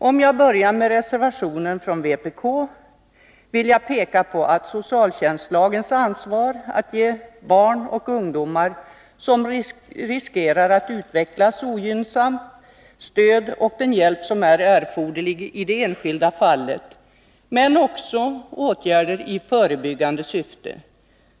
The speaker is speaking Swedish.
Om jag börjar med reservationen från vpk, vill jag peka på socialtjänstlagens ansvar att ge barn och ungdomar som riskerar att utvecklas ogynnsamt stöd och den hjälp som är erforderlig i det enskilda fallet, men också åtgärder i förebyggande syfte.